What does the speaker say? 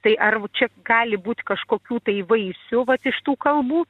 tai ar čia gali būt kažkokių tai vaisių vat iš tų kalbų